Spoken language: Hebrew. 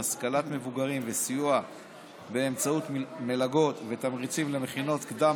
השכלת מבוגרים וסיוע באמצעות מלגות ותמריצים למכינות קדם